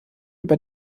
über